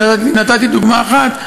ונתתי דוגמה אחת,